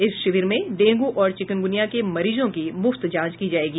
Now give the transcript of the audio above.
इस शिविर में डेंगू और चिकुनगुनिया के मरीजों की मुफ्त जांच की जायेगी